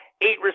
eight